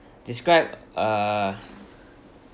describe a